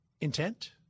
intent